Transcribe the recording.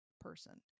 person